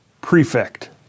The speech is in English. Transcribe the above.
Prefect